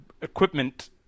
equipment